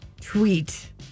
tweet